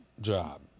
job